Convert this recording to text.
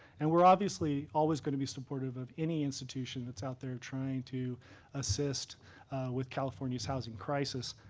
and we're obviously always going to be supportive of any institution that's out there trying to assist with california's housing crisis.